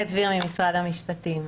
משרד המשפטים.